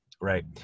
Right